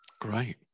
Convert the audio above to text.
great